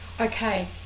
okay